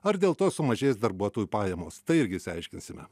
ar dėl to sumažės darbuotojų pajamos tai irgi išsiaiškinsime